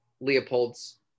Leopold's